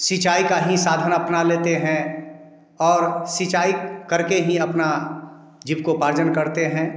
सिंचाई का ही साधन अपना लेते हैं और सिंचाई करके ही अपना जीविकोपार्जन करते हैं